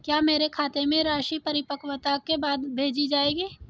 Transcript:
क्या मेरे खाते में राशि परिपक्वता के बाद भेजी जाएगी?